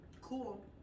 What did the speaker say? Cool